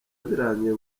birangiye